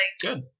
Good